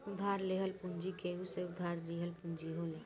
उधार लेहल पूंजी केहू से उधार लिहल पूंजी होला